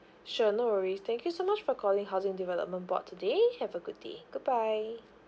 sure no worries thank you so much for calling housing development board today have a good day goodbye